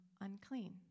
unclean